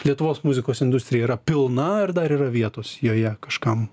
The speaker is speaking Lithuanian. lietuvos muzikos industrija yra pilna ar dar yra vietos joje kažkam